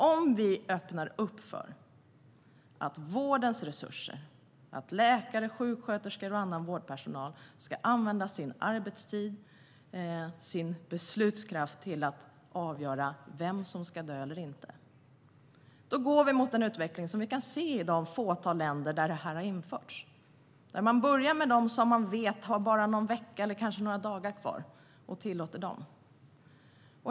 Om vi öppnar upp för att vårdens resurser och läkares, sjuksköterskors och annan vårdpersonals arbetstid och beslutskraft ska användas till att avgöra vem som ska dö eller inte går vi mot en utveckling som vi kan se i det fåtal länder där detta har införts. Man börjar med dem som man vet har bara någon vecka eller några dagar kvar och tillåter dem.